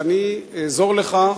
ואני אעזור לך,